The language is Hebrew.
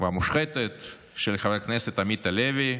והמושחתת של חבר הכנסת עמית הלוי,